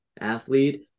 athlete